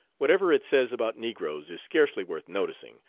whatever it says about negroes is scarcely worth noticing,